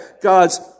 God's